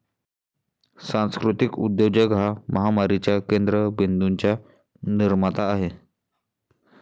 सांस्कृतिक उद्योजक हा महामारीच्या केंद्र बिंदूंचा निर्माता आहे